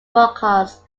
broadcasts